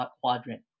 quadrant